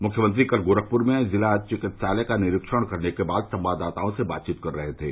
मृख्यमंत्री कल गोरखपूर में जिला विकित्सालय का निरीक्षण करने के बाद संवाददाताओं से बातचीत कर रहे थे